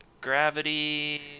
Gravity